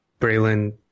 braylon